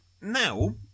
now